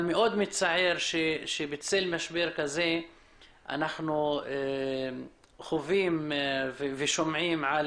מאוד מצער שבצל משבר כזה אנחנו חווים ושומעים על